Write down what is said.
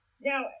Now